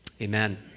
amen